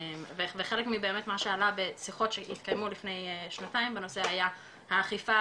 וחלק באמת ממה שעלה בשיחות לפני שנתיים בנושא היה האכיפה